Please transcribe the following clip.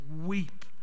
weep